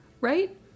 right